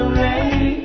rain